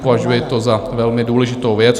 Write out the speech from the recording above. Považuji to za velmi důležitou věc.